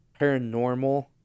paranormal